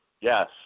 Yes